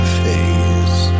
face